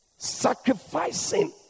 Sacrificing